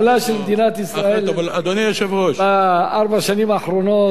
הכלכלה של מדינת ישראל בארבע השנים האחרונות,